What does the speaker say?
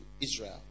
Israel